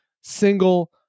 single